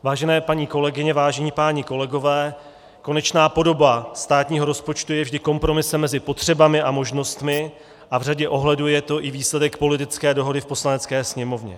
Vážené paní kolegyně, vážní páni kolegové, konečná podoba státního rozpočtu je vždy kompromisem mezi potřebami a možnostmi a v řadě ohledů je to výsledek politické dohody v Poslanecké sněmovně.